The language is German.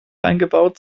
eingebaut